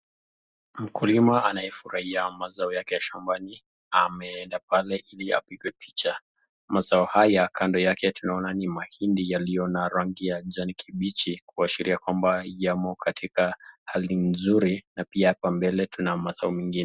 Mkulima ambaye anafurahia mazao yake ya shambani ameenda pale ili kupiga picha. Mazao haya kando yake tunaona ni mahindi yaliyo na rangi ya kibichi kuahsiria kwamba yamo katika hali nzuri na pia hapa mbele tuna mazao ingine.